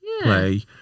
play